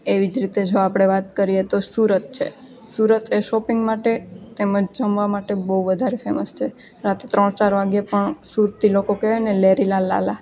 એવી જ રીતે જો આપણે વાત કરીએ તો સુરત છે સુરત એ શોપિંગ માટે તેમજ જમવા માટે બહુ વધારે ફેમસ છે રાત્રે ત્રણ ચાર વાગ્યે પણ સુરતી લોકો કહેવાય ને લહેરી લાલા